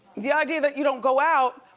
the idea that you don't go out,